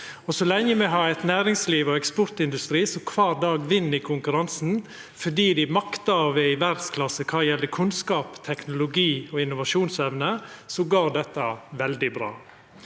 Så lenge me har eit næringsliv og ein eksportindustri som kvar dag vinn i konkurransen fordi dei maktar å vera i verdsklasse kva gjeld kunnskap, teknologi og innovasjonsevne, går dette veldig bra.